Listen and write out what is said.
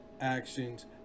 actions